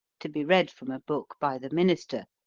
to be read from a book by the minister.